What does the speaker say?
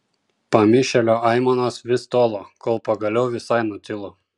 pamišėlio aimanos vis tolo kol pagaliau visai nutilo